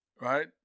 right